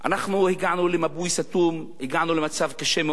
אנחנו הגענו למבוי סתום, הגענו למצב קשה מאוד.